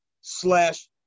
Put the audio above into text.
slash